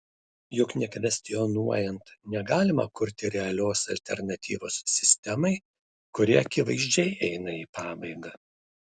juk nekvestionuojant negalima kurti realios alternatyvos sistemai kuri akivaizdžiai eina į pabaigą